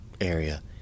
area